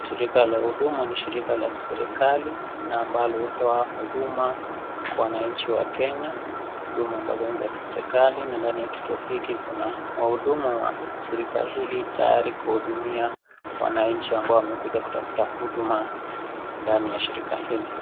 shirika la huduma ni shirika la kiserikali na ambalo hutoa huduma kwa wanchi wa kenya, huduma ambazo ni za kiserikali na ndani ya kituo hiki kuna wahudumu wa shirika hili tayari kuhuduimia wananchi ambao wamekuja kutafuta huduma ndani ya shirika hili.